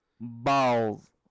Balls